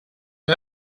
you